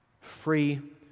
Free